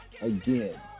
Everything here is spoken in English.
again